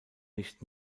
nicht